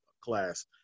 class